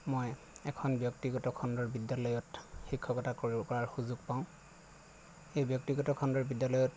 মই এখন ব্যক্তিগত খণ্ডৰ বিদ্যালয়ত শিক্ষকতা কৰিব পোৱাৰ সুযোগ পাওঁ সেই ব্যক্তিগত খণ্ডৰ বিদ্যালয়ত